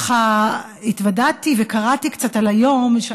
כשהתוודעתי וקראתי קצת על היום,